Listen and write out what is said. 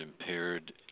impaired